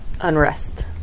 unrest